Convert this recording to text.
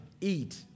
eat